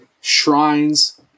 shrines